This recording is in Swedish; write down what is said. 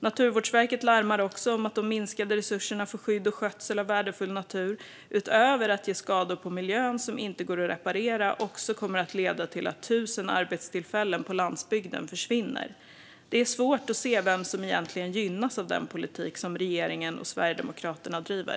Naturvårdsverket larmar också om att de minskade resurserna för skydd och skötsel av värdefull natur utöver att ge skador på miljön som inte går att reparera också kommer att leda till att 1 000 arbetstillfällen på landsbygden försvinner. Det är svårt att se vem som egentligen gynnas av den politik som regeringen och Sverigedemokraterna driver.